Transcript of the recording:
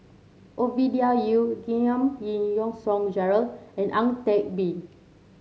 Ovidia Yu Giam Yean Song Gerald and Ang Teck Bee